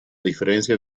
diferencia